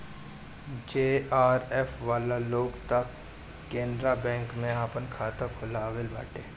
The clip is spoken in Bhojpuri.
जेआरएफ वाला लोग तअ केनरा बैंक में आपन खाता खोलववले बाटे